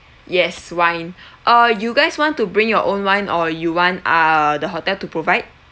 yes wine uh you guys want to bring your own wine or you want err the hotel to provide